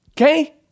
Okay